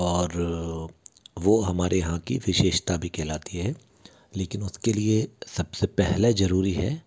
और वो हमारे यहाँ कि विशेषता भी कहलाती है लेकिन उसके लिए सब से पहले ज़रूरी है